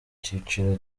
cyiciro